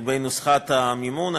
נוסחת המימון,